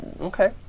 Okay